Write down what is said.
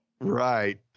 Right